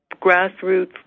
grassroots